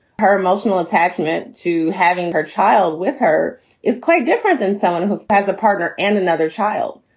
her emotional attachment to having her child with her is quite different than someone who has a partner and another child.